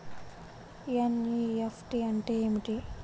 NEFT అంటే ఏమిటి?